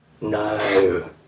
No